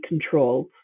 controlled